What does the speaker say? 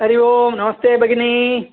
हरिः ओं नमस्ते भगिनि